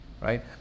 Right